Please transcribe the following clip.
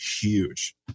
huge